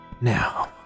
Now